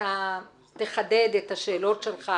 אתה תחדד את השאלות שלך,